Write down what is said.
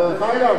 דרך אגב,